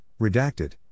redacted